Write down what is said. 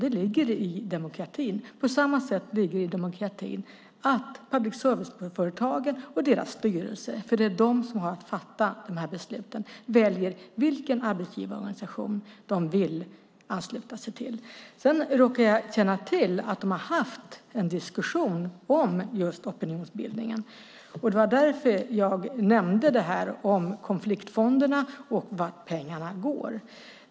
Det ligger i demokratin På samma sätt ligger det i demokratin att public service-företagen och deras styrelse - för det är de som har att fatta de här besluten - väljer vilken arbetsgivarorganisation de vill ansluta sig till. Sedan råkar jag känna till att de har haft en diskussion om just opinionsbildningen, och det var därför jag nämnde det här om konfliktfonderna och vart pengarna går.